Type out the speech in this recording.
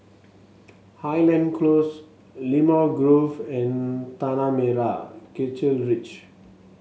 Highland Close Limau Grove and Tanah Merah Kechil Ridge